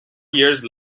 years